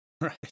Right